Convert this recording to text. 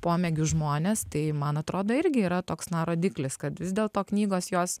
pomėgių žmonės tai man atrodo irgi yra toks na rodiklis kad vis dėlto knygos jos